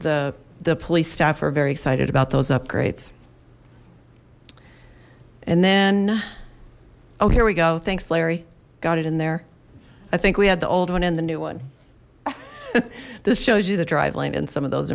the the police staff were very excited about those upgrades and then oh here we go thanks larry got it in there i think we had the old one in the new one this shows you the drive lane and some of those